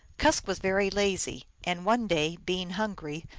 kusk was very lazy, and one day, being hungry,